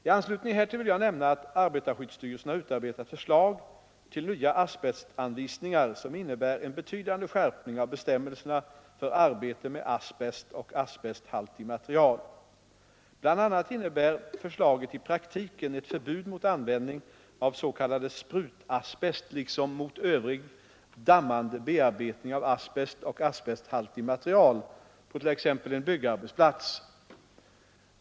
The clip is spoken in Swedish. I anslutning härtill vill jag nämna att arbetarskyddsstyrelsen har utarbetat förslag till nya asbestanvisningar som innebär en betydande skärpning av bestämmelserna för arbete med asbest och asbesthaltigt material. Bl. a. innebär förslaget i praktiken ett förbud mot användning av s.k. sprutasbest liksom mot övrig dammande bearbetning av asbest och asbesthaltigt material på t.ex. en byggarbetsplats.